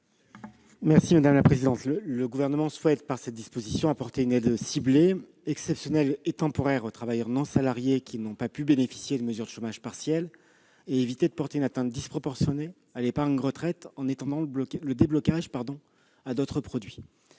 ? Par ce dispositif, le Gouvernement souhaite apporter une aide ciblée, exceptionnelle et temporaire aux travailleurs non salariés, qui n'ont pas pu bénéficier des mesures de chômage partiel, et éviter de porter une atteinte disproportionnée à l'épargne retraite en étendant le déblocage à d'autres produits.